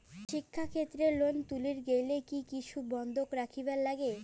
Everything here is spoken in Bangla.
শিক্ষাক্ষেত্রে লোন তুলির গেলে কি কিছু বন্ধক রাখিবার লাগে?